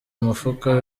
umufuka